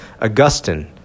Augustine